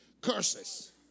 Curses